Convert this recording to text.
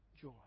joy